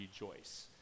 rejoice